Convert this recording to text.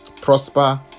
prosper